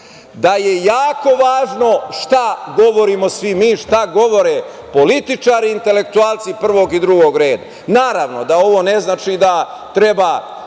da je jako važno šta govorimo svim mi, šta govore političari, intelektualci prvog i drugog reda. Naravno da ovo ne znači da treba